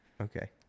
Okay